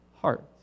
heart